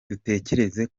dutekereza